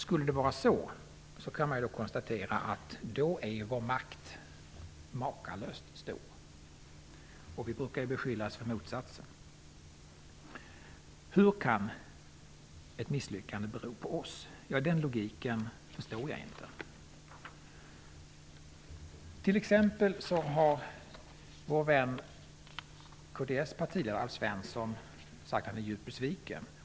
Skulle det vara så är vår makt makalöst stor. Vi brukar ju beskyllas för motsatsen. Hur kan ett misslyckande bero på oss? Den logiken förstår jag inte. Kds partiledare, vår vän Alf Svensson, har t.ex. sagt att han är djupt besviken.